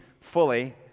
fully